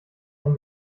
ein